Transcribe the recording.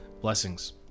Blessings